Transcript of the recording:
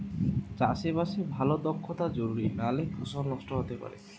চাষে বাসে ভালো দক্ষতা জরুরি নালে ফসল নষ্ট হতে পারে